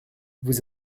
vous